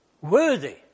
worthy